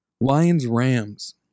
Lions-Rams